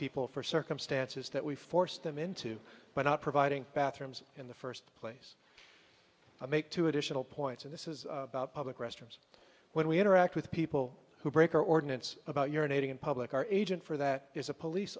people for circumstances that we forced them into by not providing bathrooms in the first place i make two additional points and this is about public restrooms when we interact with people who break our ordinance about urinating in public or agent for that is a police